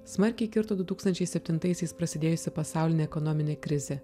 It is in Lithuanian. smarkiai kirto du tūkstančiai septintaisiais prasidėjusi pasaulinė ekonominė krizė